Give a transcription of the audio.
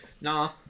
Nah